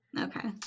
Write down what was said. Okay